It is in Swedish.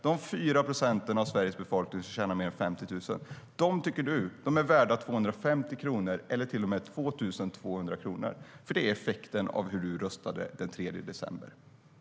De fyra procenten av Sveriges befolkning som tjänar mer än 50 000 tycker du är värda 250 kronor eller till och med 2 200 kronor, för det är effekten av hur du röstade den 3 december.